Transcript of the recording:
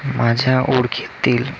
माझ्या ओळखीतील